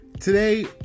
Today